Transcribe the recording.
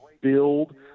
build